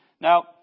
Now